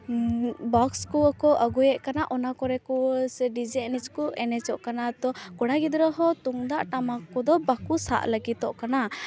box ᱠᱚ ᱠᱚ ᱟᱜᱩᱭᱮᱫ ᱠᱟᱱᱟ ᱚᱱᱟ ᱠᱚᱨᱮ ᱠᱚ ᱥᱮ ᱰᱤᱡᱮ ᱮᱱᱮᱡ ᱠᱩ ᱮᱱᱮᱡᱚᱜ ᱠᱟᱱᱟ ᱛᱚ ᱠᱚᱲᱟ ᱜᱤᱫᱽᱨᱟᱹ ᱦᱚᱸ ᱛᱩᱢᱫᱟᱜ ᱴᱟᱢᱟᱠ ᱠᱚᱫᱚ ᱵᱟᱹᱠᱩ ᱥᱟᱵ ᱞᱟᱹᱜᱤᱫᱚᱜ ᱠᱟᱱᱟ